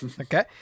Okay